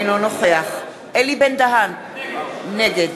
אינו נוכח אלי בן-דהן, נגד